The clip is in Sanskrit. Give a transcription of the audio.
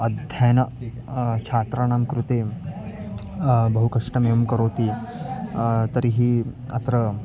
अ अध्ययन छात्राणां कृते बहु कष्टमेव करोति तर्हि अत्र